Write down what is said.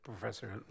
Professor